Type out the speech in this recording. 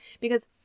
because-